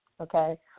Okay